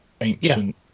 ancient